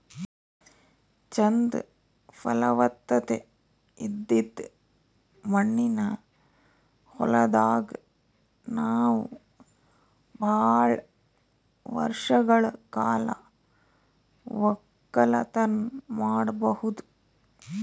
ಚಂದ್ ಫಲವತ್ತತೆ ಇದ್ದಿದ್ ಮಣ್ಣಿನ ಹೊಲದಾಗ್ ನಾವ್ ಭಾಳ್ ವರ್ಷಗಳ್ ಕಾಲ ವಕ್ಕಲತನ್ ಮಾಡಬಹುದ್